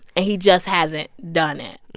and he just hasn't done it,